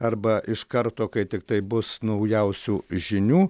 arba iš karto kai tiktai bus naujausių žinių